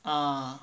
uh